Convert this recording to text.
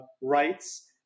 rights